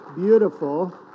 beautiful